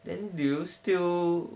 then do you still